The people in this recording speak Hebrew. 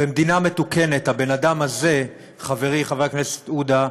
במדינה מתוקנת הבן-אדם הזה, חברי חבר הכנסת עודה,